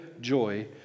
joy